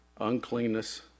uncleanness